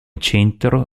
centro